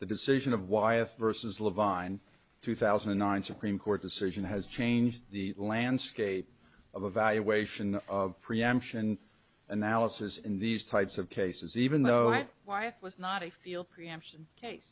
the decision of wyatt versus lavonne two thousand and nine supreme court decision has changed the landscape of evaluation of preemption analysis in these types of cases even though it wife was not a field preemption case